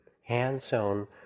hand-sewn